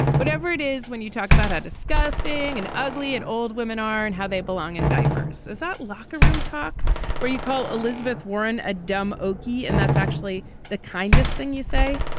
whatever it is, when you talk about how disgusting and ugly it old women are and how they belong in diapers, is that locker room talk where you call elizabeth warren a dumb okie. and that's actually the kindest thing you say.